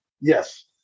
Yes